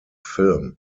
film